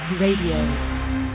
Radio